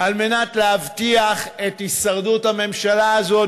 על מנת להבטיח את הישרדות הממשלה הזו,